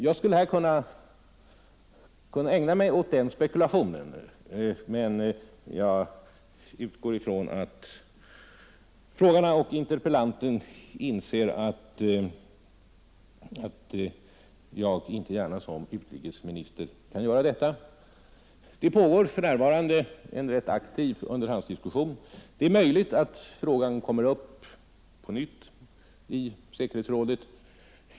Jag skulle visserligen kunna ägna mig åt den spekulationen, men jag utgår ifrån att både frågaren och interpellanten inser att jag som utrikesminister inte gärna kan göra detta. Det pågår för närvarande en rätt aktiv underhandsdiskussion, och det är möjligt att frågan på nytt kommer upp i säkerhetsrådet.